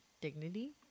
Dignity